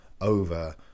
over